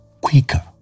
quicker